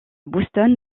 boston